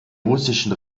russischen